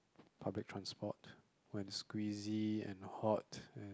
public transport when squeezy and hot and